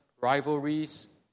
rivalries